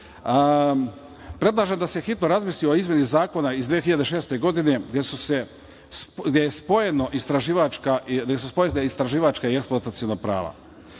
procesa. Predlažem da se hitno razmisli o izmeni zakona iz 2006. godine gde su spojene istraživačka i eksploataciona